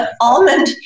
Almond